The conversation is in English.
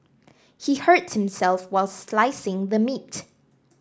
he hurt himself while slicing the meat